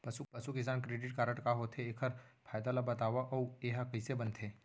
पसु किसान credit card का होथे, एखर फायदा ला बतावव अऊ एहा कइसे बनथे?